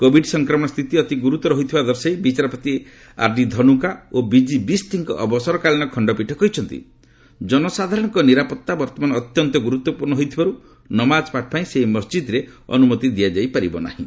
Covid ସଂକ୍ରମଣ ସ୍ଥିତି ଅତି ଗୁରୁତର ହୋଇଥିବା ଦର୍ଶାଇ ବିଚାରପତି ଆର୍ଡି ଧନୁକା ଓ ବିଜି ବିଷ୍କଙ୍କ ଅବସରକାଳୀନ ଖଣ୍ଡପୀଠ କହିଛନ୍ତି ଜନସାଧାରଣଙ୍କ ନିରାପତ୍ତା ବର୍ତ୍ତମାନ ଅତ୍ୟନ୍ତ ଗୁରୁତ୍ୱପୂର୍ଷ୍ଣ ହୋଇଥିବାରୁ ନମାଜ ପାଠପାଇଁ ସେହି ମସ୍ଜିଦ୍ରେ ଅନୁମତି ଦିଆଯାଇପାରିବ ନାହିଁ